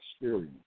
experience